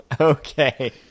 Okay